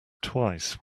twice